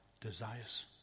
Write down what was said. desires